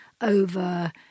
over